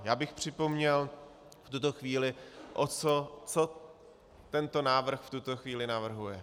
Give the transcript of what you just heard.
Já bych připomněl v tuto chvíli, co tento návrh v tuto chvíli navrhuje.